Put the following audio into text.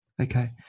Okay